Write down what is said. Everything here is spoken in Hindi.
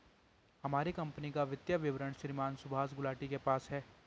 हमारी कम्पनी का वित्तीय विवरण श्रीमान सुभाष गुलाटी के पास है